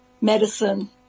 Medicine